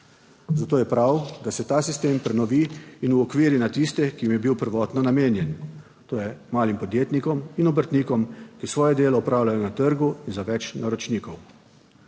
Zato je prav, da se ta sistem prenovi in uokviri na tiste, ki jim je bil prvotno namenjen, to je malim podjetnikom in obrtnikom, ki svoje delo opravljajo na trgu in za več naročnikov.